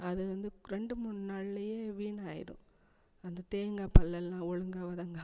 அது வந்து ரெண்டு மூணு நாள்லேயே வீணாகிரும் அந்த தேங்காப்பால்லெல்லாம் ஒழுங்கா வதங்காமல்